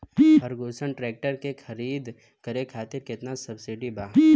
Ferguson tractor के खरीद करे खातिर केतना सब्सिडी बा?